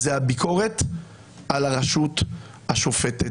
זו הביקורת על הרשות השופטת.